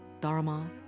Dharma